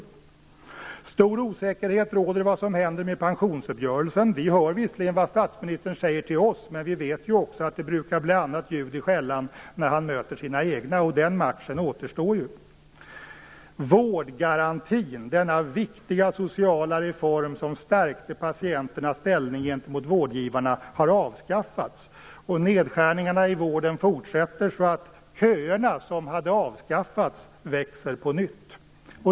Det råder stor osäkerhet om vad som händer med pensionsuppgörelsen. Vi hör visserligen vad statsministern säger till oss, men vi vet också att det brukar bli annat ljud i skällan när han möter sina egna. Och den matchen återstår ju. Vårdgarantin - denna viktiga sociala reform som stärkte patienternas ställning gentemot vårdgivarna - har avskaffats. Nedskärningarna i vården fortsätter. Och köerna, som hade avskaffats, växer på nytt.